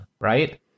right